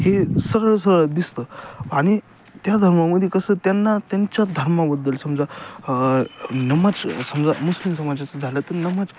हे सरळं सरळं दिसतं आणि त्या धर्मामध्ये कसं त्यांना त्यांच्या धर्माबद्दल समजा नमाज समजा मुस्लिम समाजाचं झालं तर नमाज